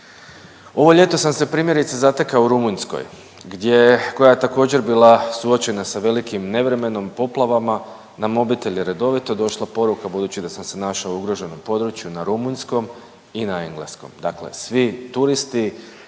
Ovo ljeto sam se primjerice zatekao u Rumunjskoj gdje koja je također bila suočena sa velikim nevremenom, poplavama, na mobitel je redovito došla poruka budući da sam se našao u ugroženom području na rumunjskom i na engleskom. Dakle, svi turisti,